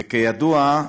וכידוע,